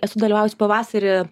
esu dalyvavus pavasarį